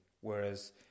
Whereas